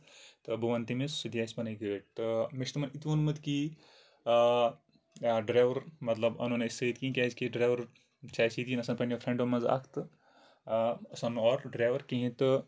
تہٕ بہٕ وَنہٕ تٔمِس سُہ دِ اَسہِ پَنٕنۍ گٲڑۍ تہٕ مےٚ چھُ تِمن یہِ تہِ ووٚنمُت کہِ آ ڈرایور مطلب اَنو نہٕ أسۍ سۭتۍ کِہینۍ کیازِ کہِ ڈرایور چھِ ییٚتہِ اَسہِ پَنٕنٮ۪و فرینڈو منٛز اکھ تہٕ أسۍ اَنو ڈرایور کِہینۍ تہٕ